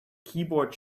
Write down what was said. keyboard